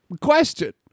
Question